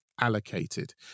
allocated